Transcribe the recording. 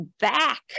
back